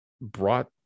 brought